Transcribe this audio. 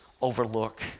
overlook